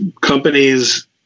companies